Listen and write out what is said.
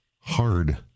Hard